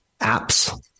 apps